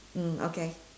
mm okay